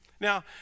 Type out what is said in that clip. Now